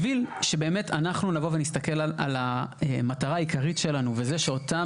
בשביל שבאמת אנחנו נבוא ונסתכל על המטרה העיקרית שלנו וזה שאותם